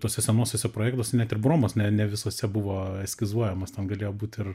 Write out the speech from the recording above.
tuose senuosiuose projektuose net ir bromos ne ne visuose buvo eskizuojamas ten galėjo būt ir